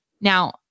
Now